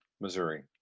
Missouri